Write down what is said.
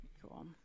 cool